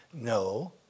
No